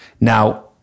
Now